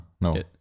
No